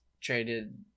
traded